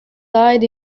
died